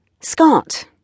Scott